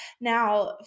Now